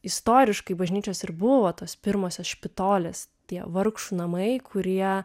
istoriškai bažnyčios ir buvo tos pirmosios špitolės tie vargšų namai kurie